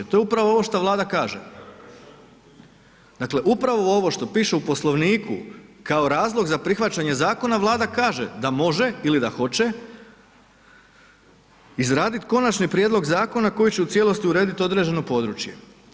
To je upravo ovo što Vlada kaže, dakle upravo ovo što piše u Poslovniku kao razlog za prihvaćanje zakona, Vlada kaže da može ili da hoće izraditi konačni prijedlog zakona koji će u cijelosti urediti određeno područje.